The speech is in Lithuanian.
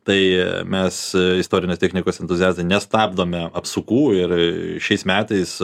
tai mes istorinės technikos entuziastai nestabdome apsukų ir šiais metais